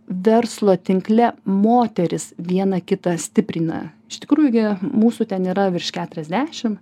verslo tinkle moterys viena kitą stiprina iš tikrųjų gi mūsų ten yra virš keturiasdešim